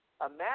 Imagine